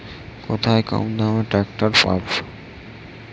কোথায় কমদামে ট্রাকটার পাব?